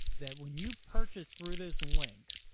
that when you purchase through this link,